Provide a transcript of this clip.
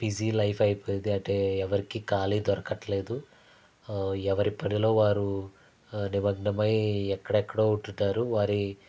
busy life అయిపోయింది అంటే ఎవరికి ఖాళీ దొరకట్లేదు ఎవరి పనిలో వారు నిమగ్నమై ఎక్కడెక్కడో ఉంటున్నారు వారి